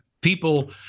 people